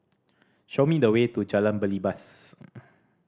show me the way to Jalan Belibas